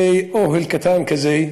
זה אוהל קטן כזה,